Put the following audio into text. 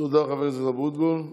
חבר הכנסת אבוטבול.